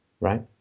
Right